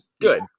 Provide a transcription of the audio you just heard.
Good